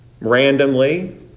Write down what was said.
Randomly